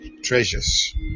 treasures